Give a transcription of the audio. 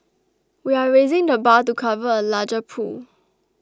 we are raising the bar to cover a larger pool